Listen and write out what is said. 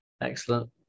excellent